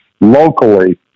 locally